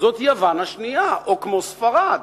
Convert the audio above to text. זאת יוון השנייה, או כמו ספרד.